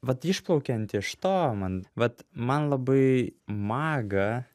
vat išplaukiant iš to man vat man labai maga